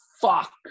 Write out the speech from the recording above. fuck